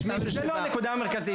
אבל זה לא הנקודה המרכזית.